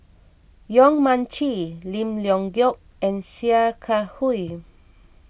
Yong Mun Chee Lim Leong Geok and Sia Kah Hui